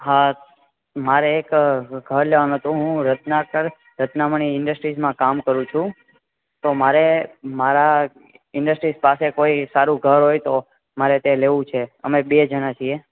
હા મારે એક ઘર લેવાનું હતું હું રત્નાકર રત્નમની ઇન્ડસ્ટ્રીસમાં કામ કરું છું તો મારે મારા ઇન્ડસ્ટ્રીસ પાસે કોઈ સારું ઘર હોય તો મારે તે લેવું છે અમે બે જણા છીએ